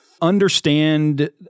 Understand